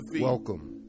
Welcome